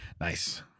Nice